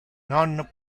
non